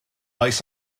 oes